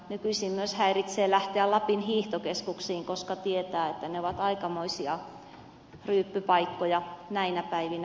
nykyisin myös häiritsee lähteä lapin hiihtokeskuksiin koska tietää että ne ovat aikamoisia ryyppypaikkoja näinä päivinä